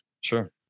Sure